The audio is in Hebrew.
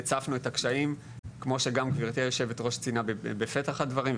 הצפנו את הקשיים כמו שגם גברתי היו"ר ציינה בפתח הדברים,